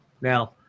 Now